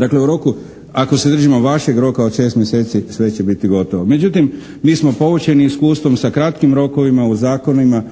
Ako u roku, ako se držimo vašeg roka od šest mjeseci sve će biti gotovo. Međutim, mi smo poučeni iskustvom sa kratkim rokovima u zakonima,